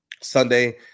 Sunday